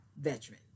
veteran